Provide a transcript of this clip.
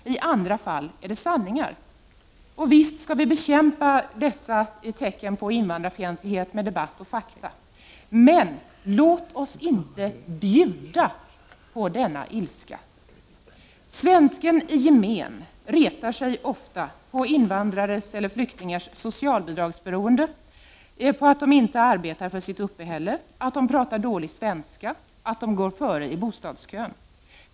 I andra fall är det sanna fakta. Visst skall vi bekämpa dessa tecken på invandrarfientlighet med debatt och fakta, men låt oss inte bjuda på den ilskan! Svensken i gemen retar sig ofta på att de inte arbetar för sitt uppehälle, att de pratar dålig svenska, att de går före i bostadskön.